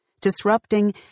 disrupting